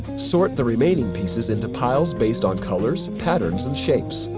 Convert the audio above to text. sort the remaining pieces into piles based on colors, patterns, and shapes.